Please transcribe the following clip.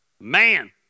man